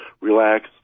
relax